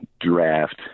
draft